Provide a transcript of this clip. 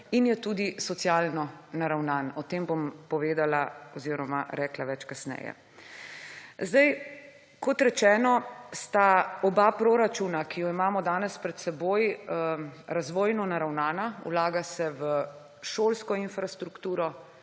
in je tudi socialno naravnan. O tem bom povedala več kasneje. Kot rečeno, sta oba proračuna, ki ju imamo danes pred seboj, razvojno naravnana. Vlaga se v šolsko infrastrukturo,